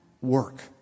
work